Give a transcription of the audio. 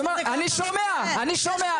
אני שומע, אני שומע.